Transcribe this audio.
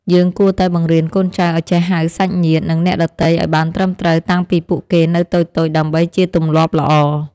យើងគួរតែបង្រៀនកូនចៅឱ្យចេះហៅសាច់ញាតិ និងអ្នកដទៃឱ្យបានត្រឹមត្រូវតាំងពីពួកគេនៅតូចៗដើម្បីជាទម្លាប់ល្អ។